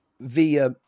via